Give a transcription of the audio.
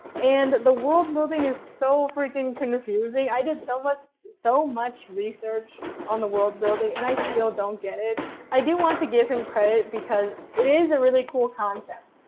and the world building is so freaking confusing. i did so much so much research on the world building and i still don't get it. i do want to give him credit because it is a really cool concept,